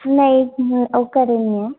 ਨਹੀਂ ਉਹ ਘਰ ਨਹੀਂ ਏ